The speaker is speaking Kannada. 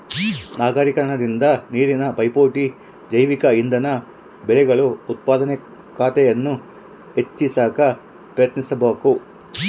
ನಗರೀಕರಣದಿಂದ ನೀರಿನ ಪೈಪೋಟಿ ಜೈವಿಕ ಇಂಧನ ಬೆಳೆಗಳು ಉತ್ಪಾದಕತೆಯನ್ನು ಹೆಚ್ಚಿ ಸಾಕ ಪ್ರಯತ್ನಿಸಬಕು